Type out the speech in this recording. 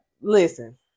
listen